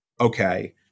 Okay